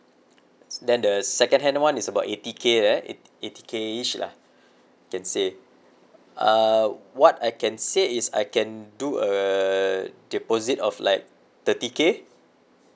then the second hand [one] is about eighty K right eigh~ eighty K-ish lah I can say uh what I can say is I can do a deposit of like thirty K